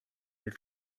your